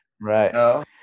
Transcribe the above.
right